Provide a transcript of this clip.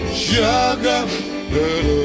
Sugar